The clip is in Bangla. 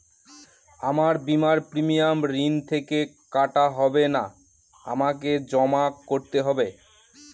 আমার বিমার প্রিমিয়াম ঋণ থেকে কাটা হবে না আমাকে জমা করতে হবে?